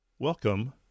Welcome